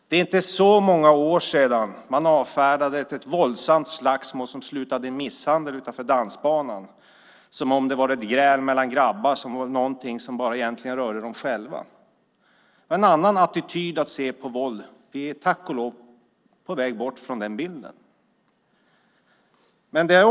Det är inte så många år sedan man avfärdade ett våldsamt slagsmål som slutade i misshandel utanför dansbanan som ett gräl mellan grabbar, någonting som egentligen bara rörde dem själva. Vi har en annan attityd att se på våld. Vi är tack och lov på väg bort från den bilden. Herr talman!